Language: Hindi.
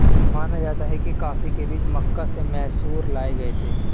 माना जाता है कि कॉफी के बीज मक्का से मैसूर लाए गए थे